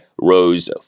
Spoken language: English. rose